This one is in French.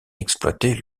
exploiter